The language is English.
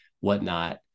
whatnot